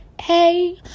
hey